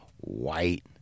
white